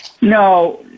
No